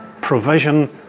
provision